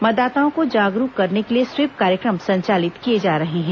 मतदाताओं को जागरूक करने के लिए स्वीप कार्यक्रम संचालित किए जा रहे हैं